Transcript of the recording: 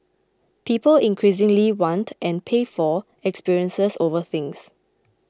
people increasingly want and pay for experiences over things